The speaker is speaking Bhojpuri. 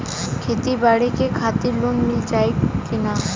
खेती बाडी के खातिर लोन मिल जाई किना?